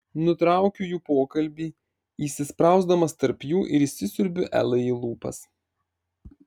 nutraukiu jų pokalbį įsisprausdamas tarp jų ir įsisiurbiu elai į lūpas